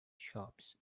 shops